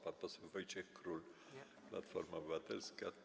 Pan poseł Wojciech Król, Platforma Obywatelska.